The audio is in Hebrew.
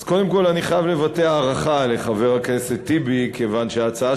אז קודם כול אני חייב לבטא הערכה לחבר הכנסת טיבי כיוון שההצעה